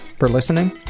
for listening.